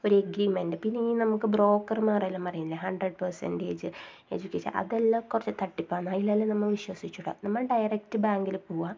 ഒരു എഗ്രിമെഎൻ്റ് പിന്നെ ഈ നമുക്ക് ബ്രോക്കർമാരെല്ലാം പറയില്ലേ ഹൻഡ്രഡ് പേസെൻറ്റേജ് എഡ്യൂക്കേഷൻ അതെല്ലാം കുറച്ച് തട്ടിപ്പാണ് അതിലെല്ലാം നമ്മൾ വിശ്വസിച്ചു കൂട നമ്മൾ ഡയറക്റ്റ് ബാങ്കിൽ പോവുക